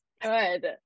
good